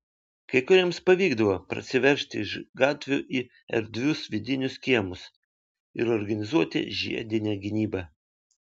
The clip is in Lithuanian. kai kuriems pavykdavo prasiveržti iš gatvių į erdvius vidinius kiemus ir organizuoti žiedinę gynybą